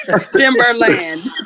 Timberland